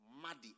muddy